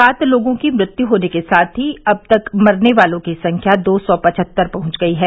सात लोगों की मृत्यु होने के साथ ही अब तक मरने वालों की संख्या दो सौ पचहत्तर पहुंच गई है